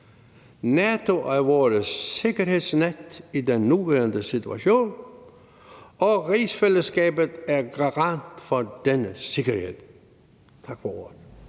NATO er vores sikkerhedsnet i den nuværende situation, og rigsfællesskabet er garant for denne sikkerhed. Tak for ordet.